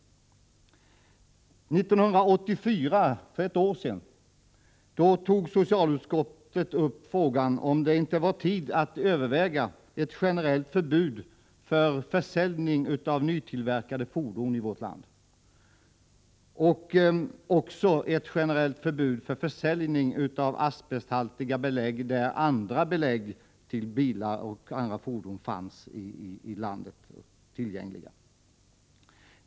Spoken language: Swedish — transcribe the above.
År 1984, för ett år sedan, tog socialutskottet upp frågan om det inte var tid att överväga ett generellt förbud mot försäljning av nytillverkade fordon med asbesthaltiga belägg i vårt land, liksom ett generellt förbud mot försäljning av asbesthaltiga belägg när andra belägg — till bilar och andra fordon — fanns tillgängliga i landet.